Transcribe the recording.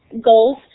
goals